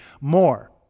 more